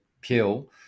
peel